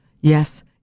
yes